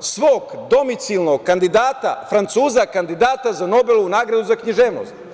svog domicijalnog kandidata, Francuza kandidata za Nobelovu nagradu za književnost.